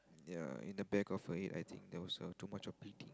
ya in the back of her head I think there was uh too much of bleeding